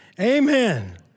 Amen